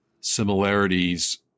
similarities